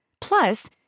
Plus